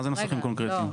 מה זה "נוסחים קונקרטיים"?